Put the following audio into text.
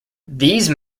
these